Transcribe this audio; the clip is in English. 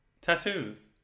Tattoos